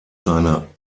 seine